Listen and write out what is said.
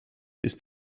ist